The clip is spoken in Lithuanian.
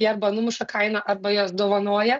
tai arba numuša kainą arba juos dovanoja